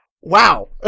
Wow